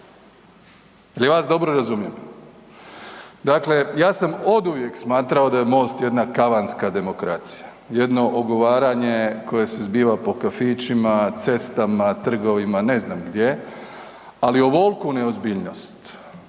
ja vas dobro razumijem? Dakle, ja sam oduvijek smatrao da je MOST jedna kavarska demokracija, jedno ogovaranje koje se zbiva po kafićima, cestama, trgovima, ne znam gdje, ali ovoliku neozbiljnost,